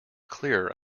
clearer